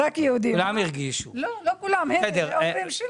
בגלל שבישובים היהודיים האלה יש הטבות מס,